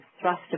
thrust